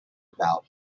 about